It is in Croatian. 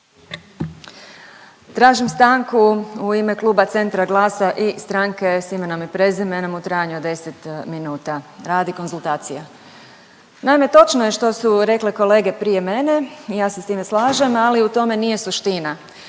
Tražim stanku u ime Centra, Glasa i Stranke s imenom i prezimenom u trajanju od 10 minuta radi konzultacija. Naime točno je što su rekle kolege prije mene i ja se s time slažem ali u tome nije suština.